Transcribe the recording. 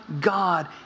God